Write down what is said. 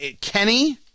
Kenny